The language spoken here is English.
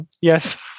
Yes